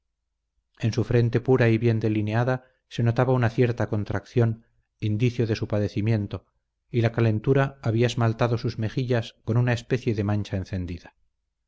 en su frente pura y bien delineada se notaba una cierta contracción indicio de su padecimiento y la calentura había esmaltado sus mejillas con una especie de mancha encendida